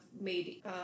made